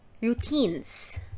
routines